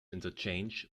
interchange